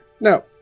Now